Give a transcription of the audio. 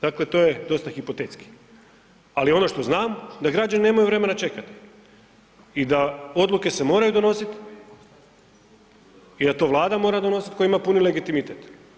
Dakle, to je dosta hipotetski, ali ono što znam da građani nemaju vremena čekati i da odluke se moraju donositi i da to Vlada mora donositi koja ima puni legitimitet.